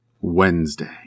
Wednesday